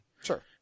Sure